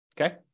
Okay